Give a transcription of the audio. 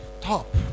top